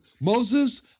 Moses